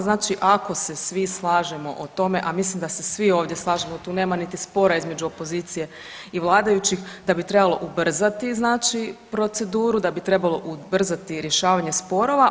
Znači ako se svi slažemo o tome, a mislim da se svi ovdje slažemo, tu nema niti spora između opozicije i vladajućih, da bi trebalo ubrzati znači proceduru, da bi trebalo ubrzati rješavanje sporova.